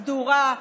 סדורה,